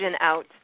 out